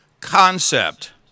concept